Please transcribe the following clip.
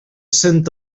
sant